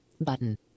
button